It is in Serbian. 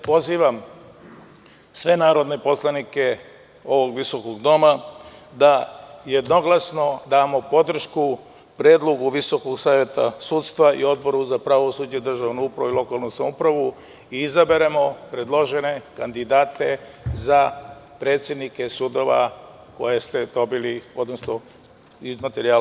Pozivam sve narodne poslanike ovog visokog doma da jednoglasno damo podršku predlogu Visokog saveta sudstva i Odboru za pravosuđe, državnu upravu i lokalnu samoupravu i da izaberemo kandidate za predsednike sudova koje vidite iz materijala.